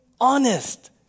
honest